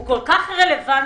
הוא כל כך רלוונטי.